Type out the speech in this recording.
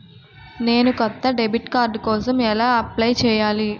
నేను కొత్త debit card కోసం ఎలా అప్లయ్ చేయాలి?